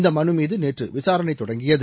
இந்த மனுமீது நேற்று விசாரணை தொடங்கியது